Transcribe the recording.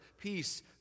peace